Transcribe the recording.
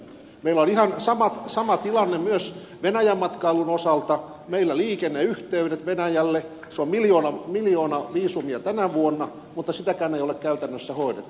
meillä on ihan sama tilanne myös venäjän matkailun osalta meillä on liikenneyhteydet venäjälle se on miljoona viisumia tänä vuonna mutta sitäkään ei ole käytännössä hoidettu